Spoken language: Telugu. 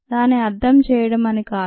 దాని అర్థం చేయటం అని కాదు